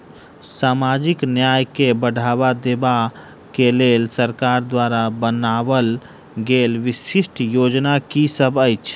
सामाजिक न्याय केँ बढ़ाबा देबा केँ लेल सरकार द्वारा बनावल गेल विशिष्ट योजना की सब अछि?